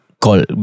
call